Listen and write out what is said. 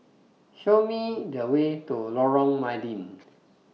Show Me The Way to Lorong Mydin